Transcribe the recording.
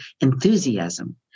enthusiasm